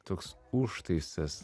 toks užtaisas